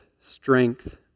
strength